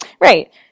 Right